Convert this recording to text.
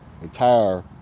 entire